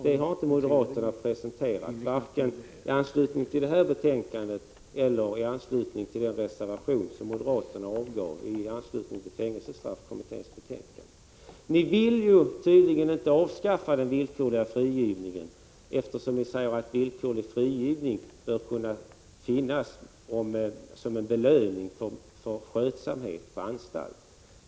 Det har moderaterna inte presenterat — varken i anslutning till det här betänkandet eller i anslutning till den reservation som moderaterna avgav i anslutning till fängelsestraffkommitténs betänkande. Ni vill tydligen inte avskaffa den villkorliga frigivningen, eftersom ni säger att den bör kunna finnas som en belöning för skötsamhet på anstalt.